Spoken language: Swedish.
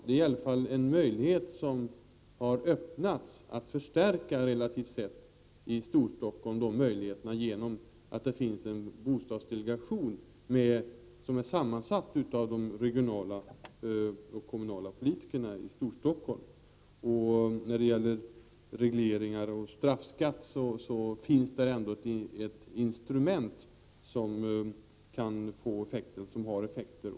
Det är i alla fall en möjlighet som har öppnats att relativt sett förstärka de möjligheterna i Storstockholm genom att vi har en bostadsdelegation som är sammansatt av de regionala och kommunala politikerna i Storstockholm. Regleringar och straffskatter är ändå ett instrument som kan få effekter och som har effekter.